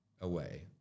away